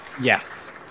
Yes